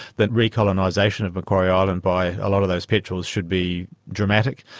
the re-colonisation of macquarie island by a lot of those petrels should be dramatic.